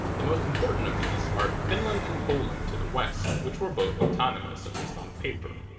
the most important of these are finland and poland to the west, which were both autonomous, at least on paper.